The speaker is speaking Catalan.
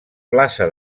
plaça